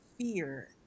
fear